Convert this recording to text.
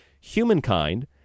humankind